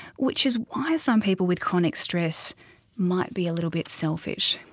which is why some people with chronic stress might be a little bit selfish.